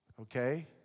Okay